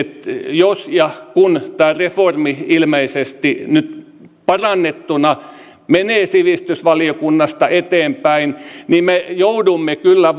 jos ja kun tämä reformi ilmeisesti nyt parannettuna menee sivistysvaliokunnasta eteenpäin niin me joudumme kyllä